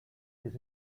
his